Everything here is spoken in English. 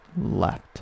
left